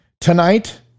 Tonight